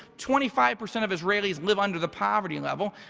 twenty five percent of israelis live under the poverty level.